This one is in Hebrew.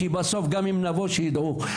בסוף, גם אם נבוא שיידעו.